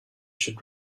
should